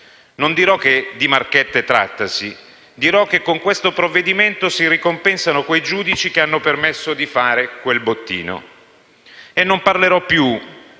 non dirò che di marchette trattasi; dirò che con questo provvedimento si ricompensano quei giudici che hanno permesso di fare quel bottino. E non parlerò più,